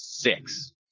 Six